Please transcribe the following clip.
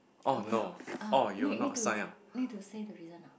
I would not ah need need to need to say the reason ah